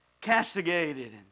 castigated